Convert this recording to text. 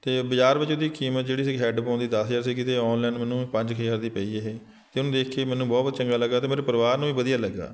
ਅਤੇ ਬਜ਼ਾਰ ਵਿੱਚ ਉਹਦੀ ਕੀਮਤ ਜਿਹੜੀ ਸੀਗੀ ਹੈਡਫੋਨ ਦੀ ਦਸ ਹਜ਼ਾਰ ਸੀਗੀ ਅਤੇ ਔਨਲਾਈਨ ਮੈਨੂੰ ਪੰਜ ਹਜ਼ਾਰ ਦੀ ਪਈ ਇਹ ਅਤੇ ਉਹਨੂੰ ਦੇਖ ਕੇ ਮੈਨੂੰ ਬਹੁਤ ਬਹੁਤ ਚੰਗਾ ਲੱਗਾ ਅਤੇ ਮੇਰੇ ਪਰਿਵਾਰ ਨੂੰ ਵੀ ਵਧੀਆ ਲੱਗਾ